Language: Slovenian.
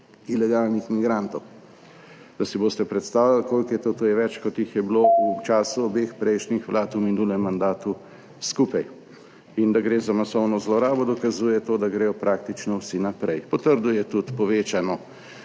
ilegalnih migrantov. Da si boste predstavljali, koliko je to, to je več kot jih je bilo v času obeh prejšnjih vlad v minulem mandatu skupaj. In da gre za masovno zlorabo, dokazuje to, da gredo praktično vsi naprej. Potrdil je tudi povečano